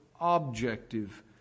objective